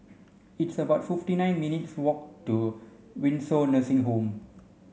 it's about fifty nine minutes' walk to Windsor Nursing Home